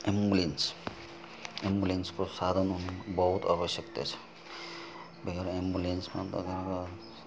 एम्बुलेन्सको साह्रो बहुत आवश्यक्ता छ यो एउटा एम्बुलेन्समा र